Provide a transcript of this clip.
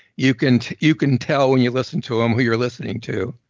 you can you can tell when you listen to them who you're listening to.